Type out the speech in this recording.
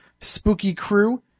spookycrew